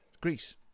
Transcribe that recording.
Greece